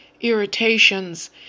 irritations